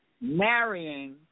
marrying